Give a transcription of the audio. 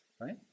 right